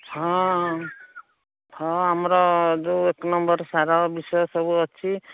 ହଁ ହଁ ଆମର ଯେଉଁ ଏକ ନମ୍ବର ସାର ବିଷୟ ସବୁ ଅଛି